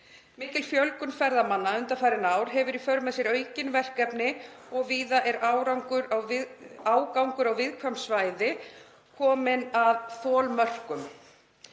Mikil fjölgun ferðamanna undanfarin ár hefur í för með sér aukin verkefni og víða er ágangur á viðkvæm svæði kominn að þolmörkum.